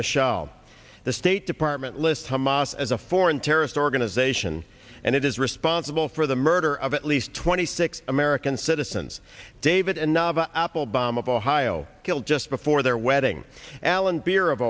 michel the state department list hamas as a foreign terrorist organization and it is responsible for the murder of at least twenty six american citizens david and nava applebaum of ohio killed just before their wedding alan beer of